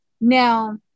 Now